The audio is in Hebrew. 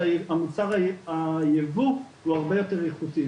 שמוצר הייבוא הוא הרבה יותר איכותי.